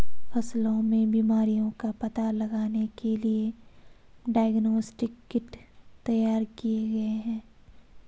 फसलों में बीमारियों का पता लगाने के लिए डायग्नोस्टिक किट तैयार किए गए हैं